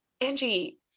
Angie